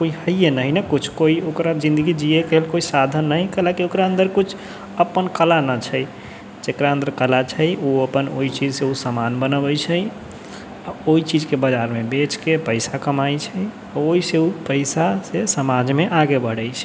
कोइ होइए नहि हय कोइ कुछ ओकरा जिन्दगी जियैके लेल कोइ साधन नहि हय कैलयकि ओकरा अन्दर किछु अपन कला नहि छै जेकरा अन्दर कला छै ओ अपन ओइ चीजसँ उ सामान बनबै छै आओर ओइ चीजके बजारमे बेचके पैसा कमाइ छै आओर ओइसँ ओ पैसासँ समाजमे आगे बढ़ै छै